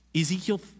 Ezekiel